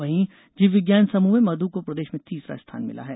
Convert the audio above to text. वहीं जीव विज्ञान समूह में मधु को प्रदेश में तीसरा स्थान मिला है